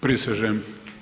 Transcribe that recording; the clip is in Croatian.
Prisežem.